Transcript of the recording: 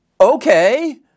Okay